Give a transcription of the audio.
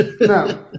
No